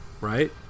right